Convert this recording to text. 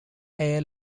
air